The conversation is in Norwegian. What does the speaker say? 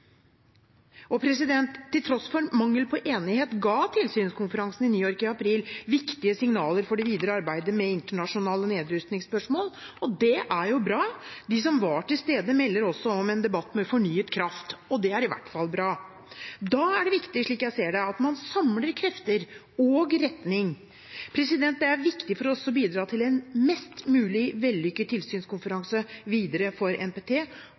Til tross for mangel på enighet ga tilsynskonferansen i New York i april viktige signaler for det videre arbeidet med internasjonale nedrustningsspørsmål, og det er jo bra. De som var til stede, melder også om en debatt med fornyet kraft, og det er i hvert fall bra. Da er det viktig, slik jeg ser det, at man samler krefter og retning. Det er viktig for oss å bidra til en mest mulig vellykket tilsynskonferanse videre for NPT,